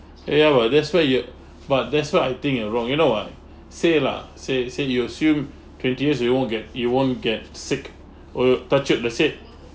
ya ya what that's why you but that's what I think you are wrong you know what say lah say say you assume twenty years you won't get you won't get sick or touch wood let's say